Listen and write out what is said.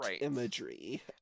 imagery